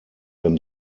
dem